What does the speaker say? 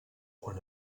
quan